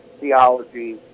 theology